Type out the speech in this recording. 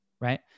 Right